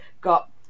got